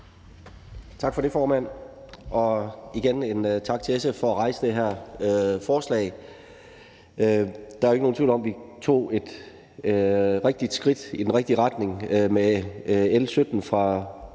Tak for det, formand, og igen en tak til SF for at fremsætte det her forslag. Der er jo ikke nogen tvivl om, at vi tog et skridt i den rigtige retning med L 17 fra